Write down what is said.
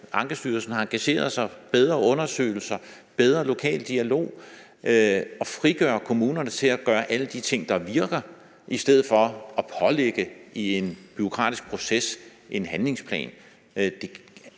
Ankestyrelsen har engageret sig. Det handler om bedre undersøgelser, bedre lokal dialog og at frigøre kommunerne til at gøre alle de ting, der virker, i stedet for i en bureaukratisk proces at pålægge